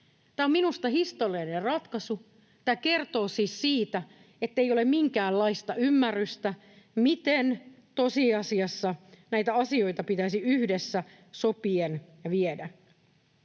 Tämä on minusta historiallinen ratkaisu. Tämä kertoo siis siitä, ettei ole minkäänlaista ymmärrystä, miten tosiasiassa näitä asioita pitäisi yhdessä sopien viedä.